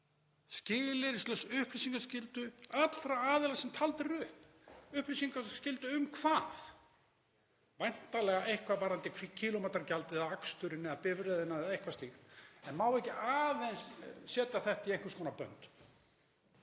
skilyrðislausa upplýsingaskyldu allra aðila sem taldir eru upp. Upplýsingaskyldu um hvað? Væntanlega eitthvað varðandi kílómetragjaldið, aksturinn eða bifreiðina eða eitthvað slíkt. En má ekki aðeins setja þetta í einhvers konar bönd,